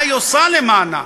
מה היא עושה למענה?